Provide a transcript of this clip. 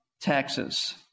taxes